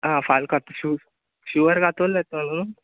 आ फाल् कात शु शुवर कातोल येतोलो न्हू